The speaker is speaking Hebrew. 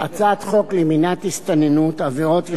הצעת חוק למניעת הסתננות (עבירות ושיפוט)